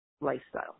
lifestyle